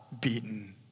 beaten